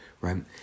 right